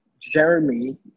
Jeremy